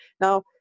Now